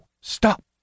stop